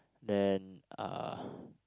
then uh